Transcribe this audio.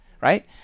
right